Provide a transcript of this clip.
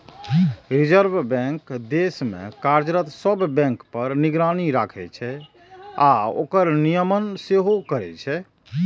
reserve bank देश मे कार्यरत सब बैंक पर निगरानी राखै छै आ ओकर नियमन सेहो करै छै